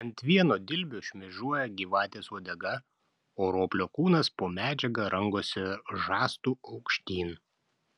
ant vieno dilbio šmėžuoja gyvatės uodega o roplio kūnas po medžiaga rangosi žastu aukštyn